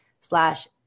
slash